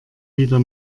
wieder